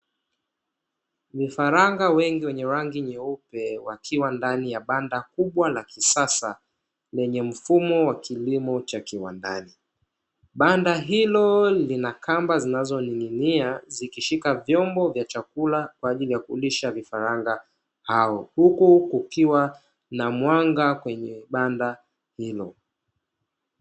Vifaranga wengi wenye rangi nyeupe wakiwa ndani ya banda kubwa la kisasa, lenye mfumo wa kilimo cha kiwandani banda hilo lina kamba zinazoning'ing'ia zikishika vyombo vya chakula kwa ajili ya kulisha vifaranga hao, huku kukiwa na mwanga kwenye banda hilo.